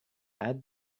add